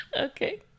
Okay